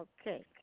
Okay